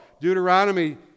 deuteronomy